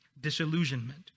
disillusionment